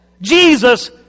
Jesus